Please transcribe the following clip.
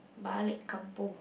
balik-kampung